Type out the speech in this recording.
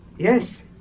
Yes